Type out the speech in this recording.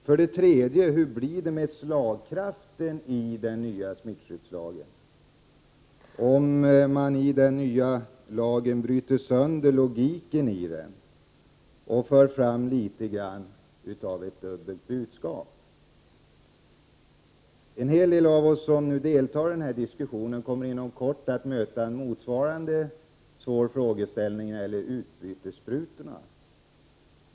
För det tredje vill jag fråga: Hur blir det med slagkraften i den nya smittskyddslagen, om man bryter sönder logiken i den och för fram litet av ett dubbelt budskap? En hel del av oss som nu deltar i denna diskussion kommer inom kort att möta motsvarande svåra fråga när det gäller utbytessprutorna.